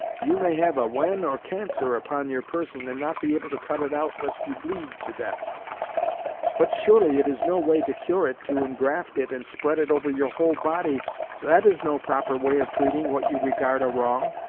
you may have a wen or cancer upon your person, and not be able to cut it out lest you bleed, to death but surely it is no way to cure it to ingraft it and spread it over your whole body that is no proper way of treating what you regard a wrong.